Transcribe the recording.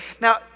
now